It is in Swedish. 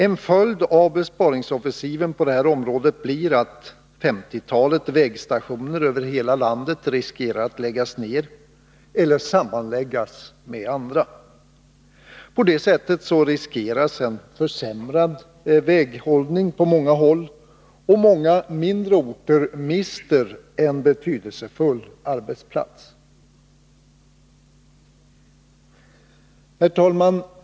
En följd av besparingsoffensiven på detta område blir att ett femtiotal vägstationer över hela landet riskerar att läggas ned eller sammanläggas med andra. Därigenom riskeras en försämrad väghållning på många håll, och många mindre orter mister en betydelsefull arbetsplats.